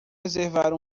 reservar